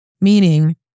Meaning